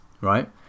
right